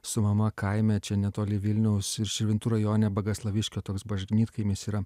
su mama kaime čia netoli vilniaus ir širvintų rajone bagaslaviškio toks bažnytkaimis yra